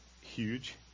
huge